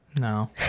No